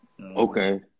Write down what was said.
Okay